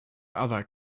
other